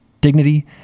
dignity